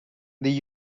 the